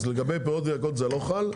אז לגבי פירות ויקרות זה לא חל.